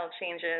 changes